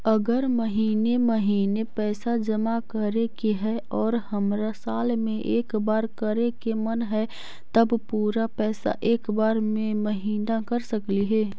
अगर महिने महिने पैसा जमा करे के है और हमरा साल में एक बार करे के मन हैं तब पुरा पैसा एक बार में महिना कर सकली हे?